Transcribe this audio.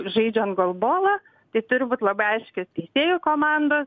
žaidžiant golbolą tai turi būt labai aiškios teisėjų komandos